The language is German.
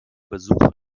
besuch